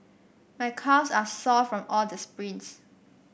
my calves are sore from all the sprints